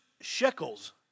shekels